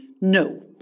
No